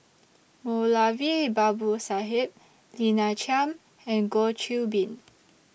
Moulavi Babu Sahib Lina Chiam and Goh Qiu Bin